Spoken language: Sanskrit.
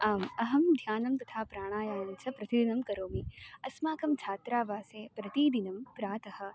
आम् अहं ध्यानं तथा प्राणायामं च प्रतिदिनं करोमि अस्माकं छात्रावासे प्रतिदिनं प्रातः